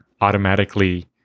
automatically